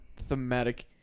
thematic